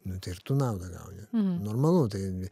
nu tai ir tu naudą gauni normalu tai